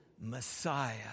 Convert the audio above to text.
Messiah